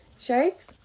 Sharks